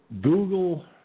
Google